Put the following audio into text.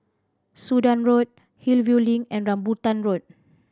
Sudan Road Hillview Link and Rambutan Road